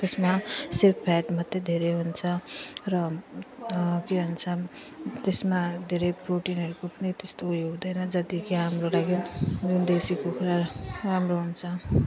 त्यसमा सिर्फ फ्याट मात्र धेरै हुन्छ र के भन्छ त्यसमा धेरै प्रोटिनहरूको पनि त्यस्तो उयो हुँदैन जति कि हाम्रो लागि देसी कुखुरा राम्रो हुन्छ